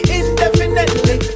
indefinitely